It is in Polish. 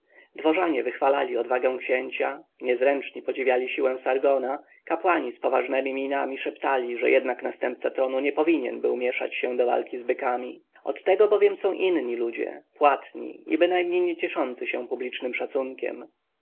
cyrku dworzanie wychwalali odwagę księcia niezręczni podziwiali siłę sargona kapłani z poważnemi minami szeptali że jednak następca tronu nie powinien był mieszać się do walki z bykami od tego bowiem są inni ludzie płatni i bynajmniej nie cieszący się publicznym szacunkiem